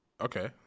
Okay